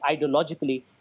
ideologically